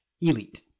Elite